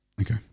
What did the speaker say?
Okay